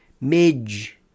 Midge